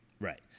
Right